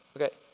Okay